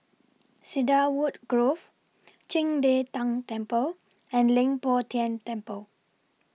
Cedarwood Grove Qing De Tang Temple and Leng Poh Tian Temple